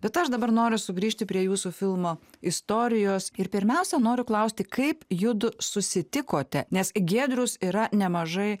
bet aš dabar noriu sugrįžti prie jūsų filmo istorijos ir pirmiausia noriu klausti kaip judu susitikote nes giedrius yra nemažai